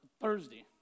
Thursday